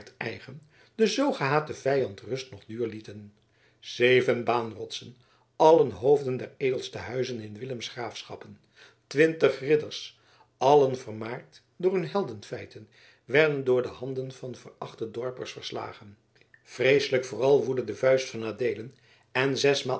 den zoo gehaten vijand rust noch duur lieten zeven baanrotsen allen hoofden der edelste huizen in willems graafschappen twintig ridders allen vermaard door hun heldenfeiten werden door de handen van verachte dorpers verslagen vreeselijk vooral woedde de vuist van adeelen en zesmalen